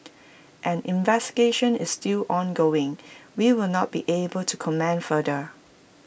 an investigation is still ongoing we will not be able to comment further